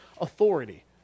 authority